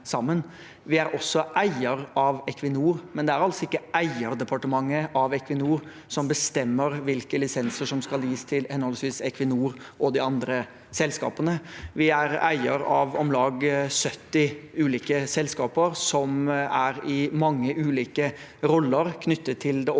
Vi er også eier av Equinor, men det er ikke eierdepartementet av Equinor som bestemmer hvilke lisenser som skal gis til henholdsvis Equinor og de andre selskapene. Vi er eier av om lag 70 ulike selskaper som er i mange ulike roller knyttet til det offentlige,